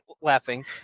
laughing